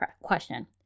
question